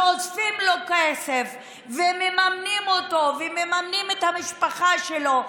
שאוספים לו כסף ומממנים אותו ומממנים את המשפחה שלו,